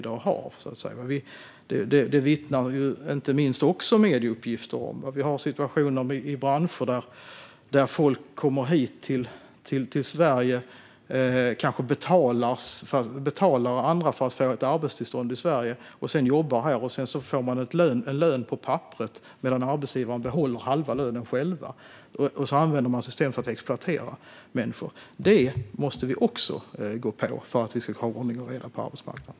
Det vittnar inte minst uppgifter i medierna om. Vi har situationer där folk kommer till Sverige efter att ha betalat andra för att få arbetstillstånd. På papperet får de en lön, men i verkligheten behåller arbetsgivaren halva lönen. Systemet används alltså för att exploatera människor. Detta måste vi också komma åt för att få ordning och reda på arbetsmarknaden.